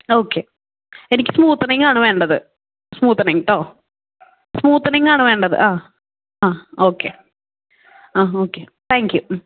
ഒക്കെ എനിക്ക് സ്മൂത്തനിങ് ആണ് വേണ്ടത് സ്മൂത്തനിങ് കേട്ടോ സ്മൂത്തനിങ് ആണ് വേണ്ടത് ആ ആ ഓക്കെ അ ഓക്കെ താങ്ക്യൂ